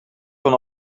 kon